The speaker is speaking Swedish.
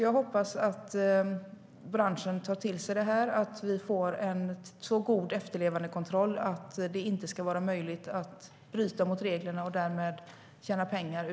Jag hoppas alltså att branschen tar till sig detta och att vi får en så god efterlevandekontroll att det inte ska vara möjligt att bryta mot reglerna och därmed tjäna pengar.